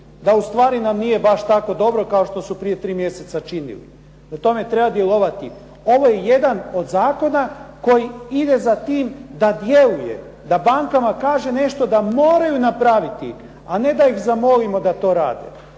da u stvari nam nije baš tako dobro kao što su prije tri mjeseca činili. Prema tome, treba djelovati. Ovo je jedan od zakona koji ide za tim da djeluje, da bankama kaže nešto da moraju napraviti, a ne da ih zamolimo da to rade.